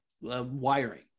wiring